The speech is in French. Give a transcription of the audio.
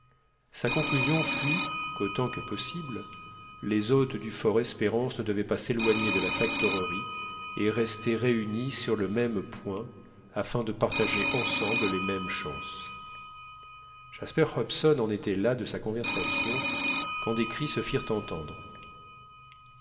sa conclusion fut qu'autant que possible les hôtes du fort espérance ne devaient pas s'éloigner de la factorerie et rester réunis sur le même point afin de partager ensemble les mêmes chances jasper hobson en était là de sa conversation quand des cris se firent entendre